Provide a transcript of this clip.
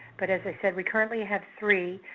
but as i said, we currently have three.